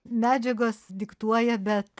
medžiagos diktuoja bet